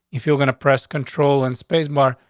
if you're gonna press control in space bar,